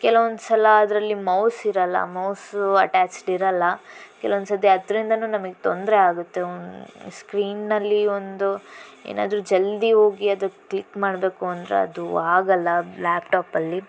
ಕೆಲವೊಂದ್ಸಲ ಅದರಲ್ಲಿ ಮೌಸ್ ಇರಲ್ಲ ಮೌಸ್ ಅಟ್ಯಾಚ್ಡ್ ಇರಲ್ಲ ಕೆಲವೊಂದು ಸರ್ತಿ ಅದರಿಂದಲೂ ನಮಗೆ ತೊಂದರೆ ಆಗತ್ತೆ ಸ್ಕ್ರೀನ್ನಲ್ಲಿ ಒಂದು ಏನಾದರೂ ಜಲ್ದಿ ಹೋಗಿ ಅದು ಕ್ಲಿಕ್ ಮಾಡಬೇಕು ಅಂದರೆ ಅದು ಆಗಲ್ಲ ಲ್ಯಾಪ್ಟಾಪಲ್ಲಿ